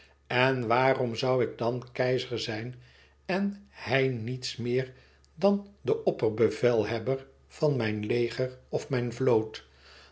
en waarom zoû ik dan keizer zijn en hij niets meer dan de opperbevelhebber van mijn leger of mijn vloot